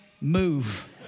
move